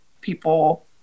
people